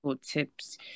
tips